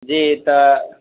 जी तऽ